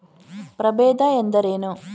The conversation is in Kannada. ಪ್ರಭೇದ ಎಂದರೇನು?